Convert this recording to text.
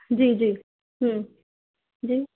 جی جی ہوں جی